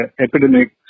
epidemic